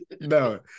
No